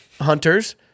hunters